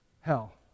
hell